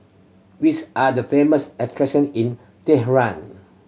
which are the famous attraction in Tehran